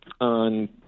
on